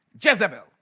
Jezebel